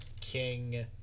King